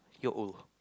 you're old